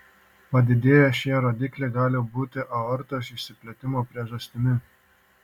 padidėję šie rodikliai gali būti aortos išsiplėtimo priežastimi